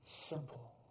Simple